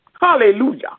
Hallelujah